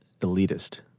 elitist